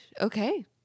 okay